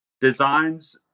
Designs